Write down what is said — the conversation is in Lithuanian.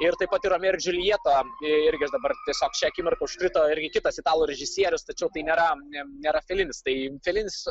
ir taip pat ir romeo ir džiuljeta irgi aš dabar tiesiog šią akimirką užkrito irgi kitas italų režisierius tačiau tai nėra ne nėra felinis tai felinis